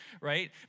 right